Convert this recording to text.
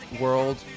World